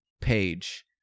page